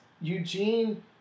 Eugene